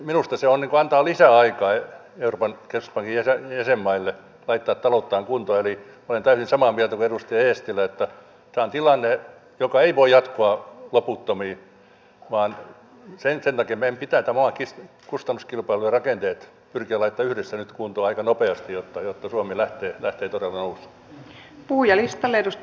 minusta se antaa lisäaikaa euroopan keskuspankin jäsenmaille laittaa talouttaan kuntoon eli olen täysin samaa mieltä kuin edustaja eestilä että tämä on tilanne joka ei voi jatkua loputtomiin vaan sen takia meidän pitää tämän maan kustannuskilpailu ja rakenteet pyrkiä laittamaan yhdessä nyt kuntoon aika nopeasti jotta suomi lähtee todella nousuun